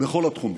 בכל התחומים.